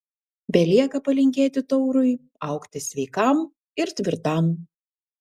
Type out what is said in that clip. belieka palinkėti taurui augti sveikam ir tvirtam